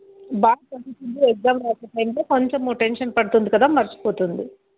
బాగా చదువుతుంది ఎగ్జామ్స్ రాసే టైంలో కొంచెము టెన్షన్ పడుతుంది కదా మర్చిపోతుంది